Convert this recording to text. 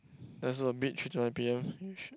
there's a bit three to nine P_M